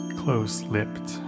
close-lipped